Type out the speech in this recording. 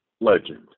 legend